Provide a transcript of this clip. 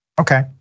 okay